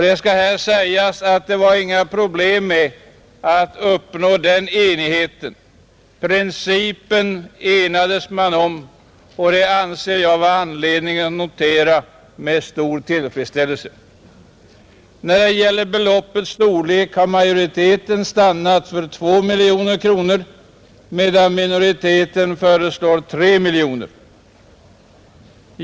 Det skall här nämnas att det var inga problem med att uppnå den enigheten. Principen enades man om, och det anser jag vara anledning att notera med stor tillfredsställelse. När det gäller beloppets storlek har majoriteten stannat för 2 miljoner kronor medan minoriteten föreslår 3 miljoner.